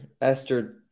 esther